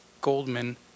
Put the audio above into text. Goldman